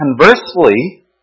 Conversely